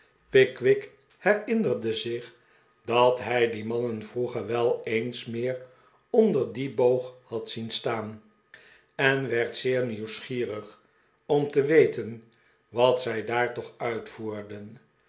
fleet gevangenis de zich dat hij die mannen vroeger wel eens meer onder dien boog had zien staan en werd zeer nieuwsgierig om te weten wat zij daar toch uitvoerden